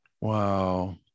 wow